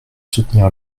soutenir